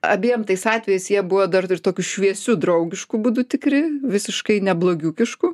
abiem tais atvejais jie buvo dar ir tokiu šviesiu draugišku būdu tikri visiškai neblogiukišku